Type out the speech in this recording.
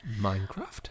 Minecraft